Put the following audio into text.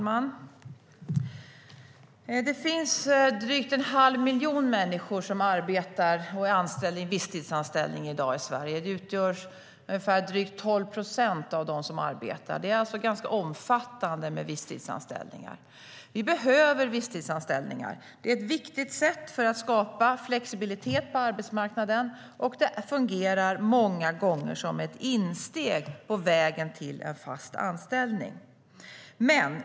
Herr talman! Det finns drygt en halv miljon människor som arbetar under visstidsanställning i dag i Sverige, vilket utgör drygt 12 procent av dem som arbetar. Omfattningen av visstidsanställningarna är alltså ganska stor. Vi behöver visstidsanställningar. Det är ett viktigt sätt att skapa flexibilitet på arbetsmarknaden, och det fungerar många gånger som ett insteg på vägen till en fast anställning.